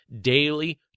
daily